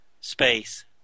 space